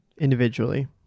Individually